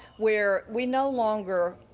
where we no longer,